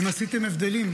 אם עשיתם הבדלים,